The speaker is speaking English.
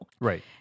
Right